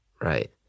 right